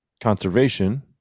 conservation